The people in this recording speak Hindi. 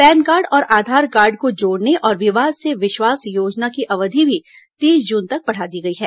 पैन कार्ड और आधार कार्ड को जोड़ने और विवाद से विश्वास योजना की अवधि भी तीस जून तक बढ़ा दी गई है